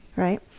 right?